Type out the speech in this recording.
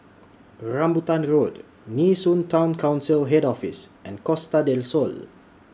Rambutan Road Nee Soon Town Council Head Office and Costa Del Sol